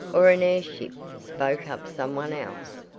or an airship, spoke up someone else.